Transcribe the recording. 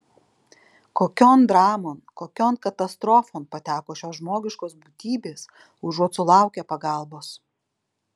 kokion dramon kokion katastrofon pateko šios žmogiškos būtybės užuot sulaukę pagalbos